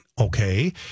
okay